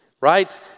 right